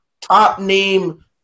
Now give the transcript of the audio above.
top-name